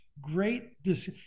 great